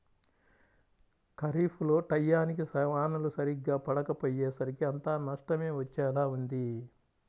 ఖరీఫ్ లో టైయ్యానికి వానలు సరిగ్గా పడకపొయ్యేసరికి అంతా నష్టమే వచ్చేలా ఉంది